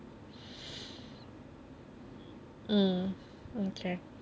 um okay